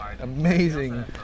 amazing